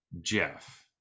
Jeff